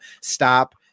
stop